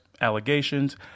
allegations